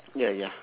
ya ya